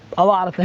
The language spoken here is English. a lot